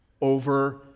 over